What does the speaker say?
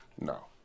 no